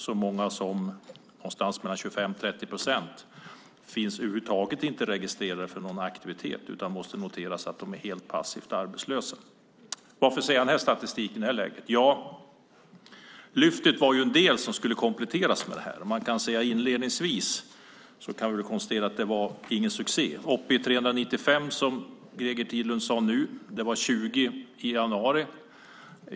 Så mycket som 25-30 procent finns över huvud taget inte registrerade för någon aktivitet utan måste noteras som helt passivt arbetslösa. Varför tar jag upp denna statistik i det här läget? Ja, Lyftet var ju en del som skulle kompletteras med detta. Inledningsvis kan vi väl konstatera att det inte var någon succé - de är uppe i 395, som Greger Tidlund sade nu, och det var 20 i januari.